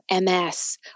MS